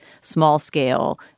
small-scale